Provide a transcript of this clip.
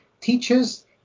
teaches